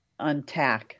untack